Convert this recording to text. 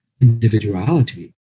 individuality